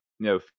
No